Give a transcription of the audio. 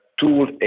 tool